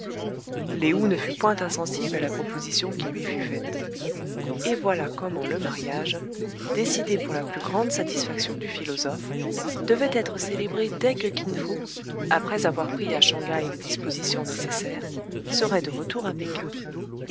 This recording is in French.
lé ou ne fut point insensible à la proposition qui lui fut faite et voilà comment le mariage décidé pour la plus grande satisfaction du philosophe devait être célébré dès que kin fo après avoir pris à shang haï les dispositions nécessaires serait de retour à péking